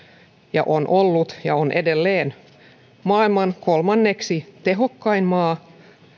ja on ollut ja on edelleen maailman kolmanneksi tehokkain maa